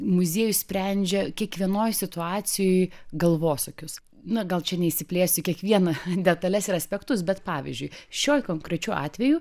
muziejus sprendžia kiekvienoj situacijoj galvosūkius na gal čia neišsiplėsiu kiekvieną detales ir aspektus bet pavyzdžiui šiuo konkrečiu atveju